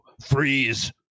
freeze